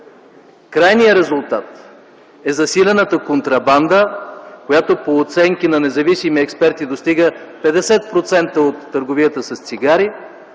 крайният резултат е засилената контрабанда, която по оценки на независими експерти достига 50 % от търговията с цигари,